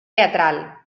teatral